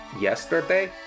yesterday